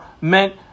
meant